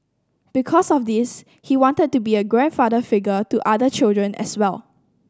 because of this he wanted to be a grandfather figure to other children as well